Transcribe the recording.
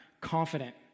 confident